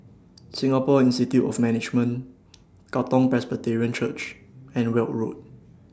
Singapore Institute of Management Katong Presbyterian Church and Weld Road